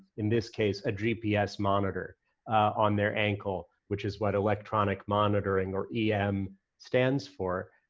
in this case a gps monitor on their ankle which is what electric monitoring, or em stands for.